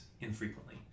infrequently